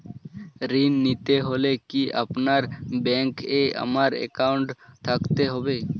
ঋণ নিতে হলে কি আপনার ব্যাংক এ আমার অ্যাকাউন্ট থাকতে হবে?